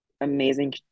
amazing